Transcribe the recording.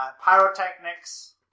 pyrotechnics